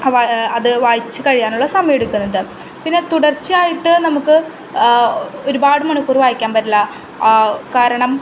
അവ അത് വായിച്ച് കഴിയാനുള്ള സമയമെടുക്കുന്നത് പിന്നെ തുടർച്ചയായിട്ട് നമുക്ക് ഒരുപാട് മണിക്കൂർ വായിക്കാൻ പറ്റില്ല കാരണം